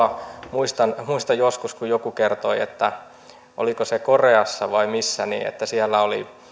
muistan muistan joskus kun joku kertoi että oliko se koreassa vai missä siellä oli